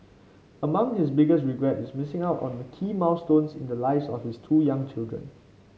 among his biggest regrets is missing out on key milestones in the lives of his two young children